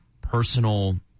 personal